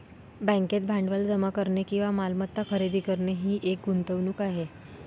बँकेत भांडवल जमा करणे किंवा मालमत्ता खरेदी करणे ही एक गुंतवणूक आहे